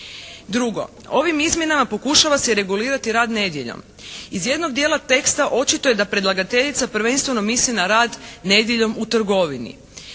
Drugo, ovim izmjenama pokušava se regulirati rad nedjeljom. Iz jednog dijela teksta očito je da predlagateljica prvenstveno misli na rad nedjeljom u trgovini.